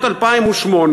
2008,